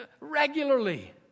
Regularly